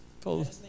pull